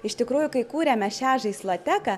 iš tikrųjų kai kūrėme šią žaisloteką